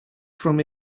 from